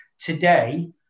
today